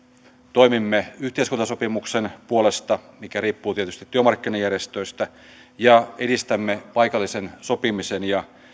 toimimme yhteiskuntasopimuksen puolesta mikä riippuu tietysti työmarkkinajärjestöistä ja edistämme paikallisen sopimisen ja